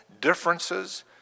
differences